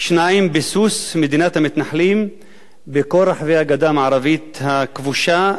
2. ביסוס מדינת המתנחלים בכל רחבי הגדה המערבית הכבושה,